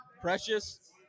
precious